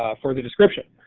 ah for the description.